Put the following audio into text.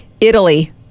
italy